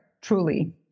truly